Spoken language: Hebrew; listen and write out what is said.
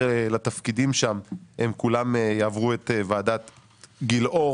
לתפקידים שם הם כולם יעברו את ועדת גילאור